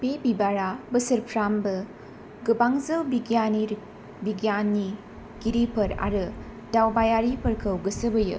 बे बिबारा बोसोरफ्रोमबो गोबांजौ बिगियानगिरिफोर आरो दावबायारिफोरखौ गोसो बोयो